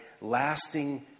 lasting